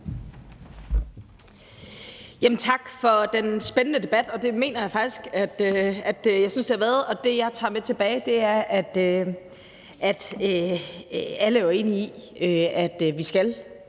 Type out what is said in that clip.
Tak for den spændende debat, og det mener jeg faktisk at det har været. Det, jeg tager med tilbage, er, at alle jo er enige i, at vi skal